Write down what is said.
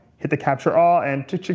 hit the capture all, and chu-chu-chu.